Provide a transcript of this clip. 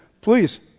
Please